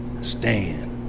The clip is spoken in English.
stand